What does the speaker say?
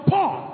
Paul